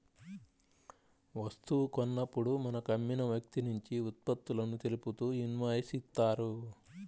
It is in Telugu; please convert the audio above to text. వస్తువు కొన్నప్పుడు మనకు అమ్మిన వ్యక్తినుంచి ఉత్పత్తులను తెలుపుతూ ఇన్వాయిస్ ఇత్తారు